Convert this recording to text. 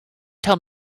tell